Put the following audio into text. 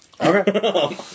Okay